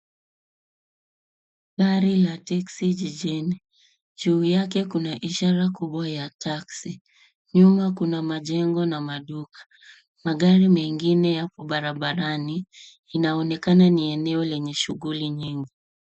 Gari la teksi jijini. Juu ya yake kuna ishara kubwa ya taxi . Nyuma kuna majengo na maduka. Magari mengine yako barabarani, inaonekana ni eneo lenye shughuli nyingi.